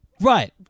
Right